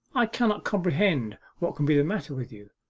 i cannot comprehend what can be the matter with you.